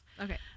Okay